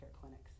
clinics